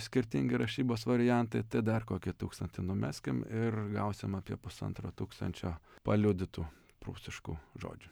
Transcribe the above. skirtingi rašybos variantai tai dar kokį tūkstantį numeskim ir gausim apie pusantro tūkstančio paliudytų prūsiškų žodžių